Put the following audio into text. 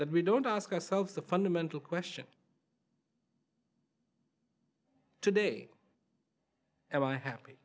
that we don't ask ourselves the fundamental question today and i ha